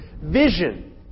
vision